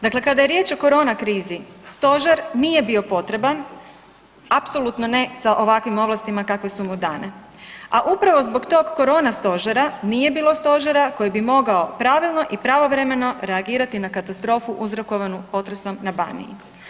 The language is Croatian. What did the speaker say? Dakle kada je riječ o korona krizi, stožer nije bio potreban, apsolutno ne sa ovakvim ovlastima kakve su mu dane, a upravo zbog tog korona stožer nije bio stožera koji bi mogao pravilno i pravovremeno reagirati na katastrofu uzrokovanu potresom na Baniji.